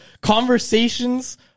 conversations